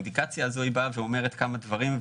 האינדיקציה הזאת באה ואומרת כמה דברים,